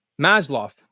Maslow